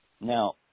Now